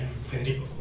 Federico